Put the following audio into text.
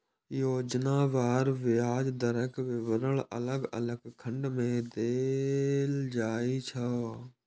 योजनावार ब्याज दरक विवरण अलग अलग खंड मे देल जाइ छै